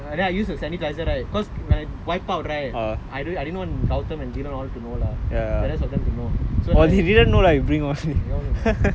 and then I used the sanitiser right because when I wipe out right err I really I didn't want gautham and gina all to know lah the rest to know lah they all don't know